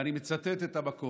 ואני מצטט את המקור: